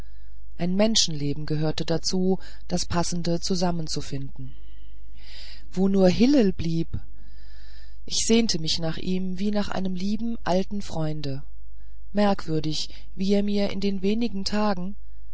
ein menschenleben gehörte dazu das passende zusammen zu finden wo nur hillel blieb ich sehnte mich nach ihm wie nach einem lieben alten freunde merkwürdig wie er mir in den wenigen tagen